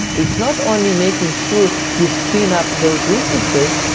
it's not only making sure you spin up those resources.